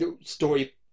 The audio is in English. story